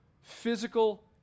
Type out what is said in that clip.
physical